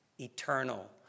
eternal